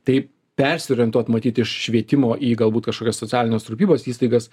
taip persiorientuot matyt iš švietimo į galbūt kažkokios socialinės rūpybos įstaigas